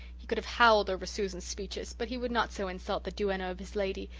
he could have howled over susan's speeches, but he would not so insult the duenna of his lady,